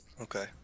Okay